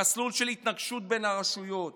המסלול של התנגשות בין הרשויות,